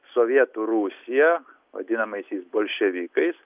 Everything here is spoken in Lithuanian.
sovietų rusija vadinamaisiais bolševikais